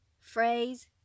phrase